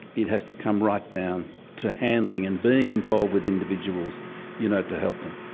it has to come right down to handling and being involved with individuals you know to help them.